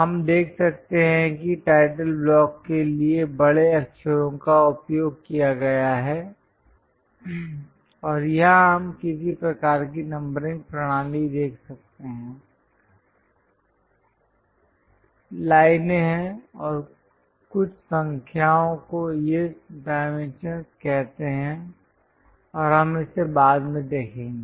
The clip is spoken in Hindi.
हम देख सकते हैं कि टाइटल ब्लॉक के लिए बड़े अक्षरों का उपयोग किया गया है और यहां हम किसी प्रकार की नंबरिंग प्रणाली देख सकते हैं लाइनें हैं और कुछ संख्याओं को ये डाइमेंशंस कहते हैं और हम इसे बाद में देखेंगे